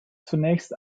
zunächst